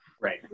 right